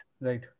right